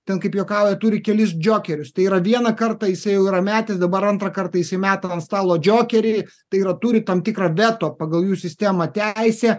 ten kaip juokauja turi kelis džokerius tai yra vieną kartą jisai jau yra metęs dabar antrą kartą jisai meta ant stalo džokerį tai yra turi tam tikrą veto pagal jų sistemą teisę